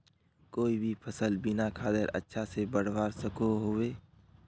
कोई भी सफल बिना खादेर अच्छा से बढ़वार सकोहो होबे?